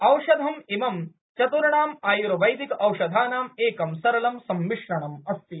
औषधम् इमम् चतुर्णाम् आयुर्वेदिक औषधानां एक सरल सम्मिश्रणम् अस्ति